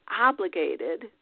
obligated